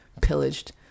pillaged